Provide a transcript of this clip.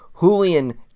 Julian